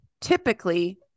typically